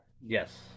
Yes